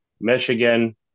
Michigan